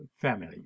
family